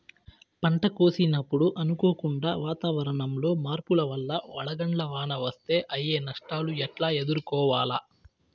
పంట కోసినప్పుడు అనుకోకుండా వాతావరణంలో మార్పుల వల్ల వడగండ్ల వాన వస్తే అయ్యే నష్టాలు ఎట్లా ఎదుర్కోవాలా?